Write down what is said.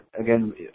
again